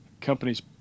companies